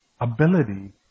ability